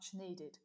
needed